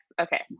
okay